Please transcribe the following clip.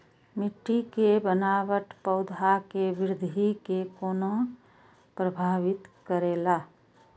मिट्टी के बनावट पौधा के वृद्धि के कोना प्रभावित करेला?